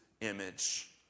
image